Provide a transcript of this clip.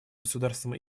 государствам